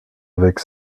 avec